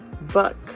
book